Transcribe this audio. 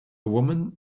woman